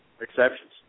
exceptions